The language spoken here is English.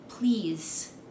please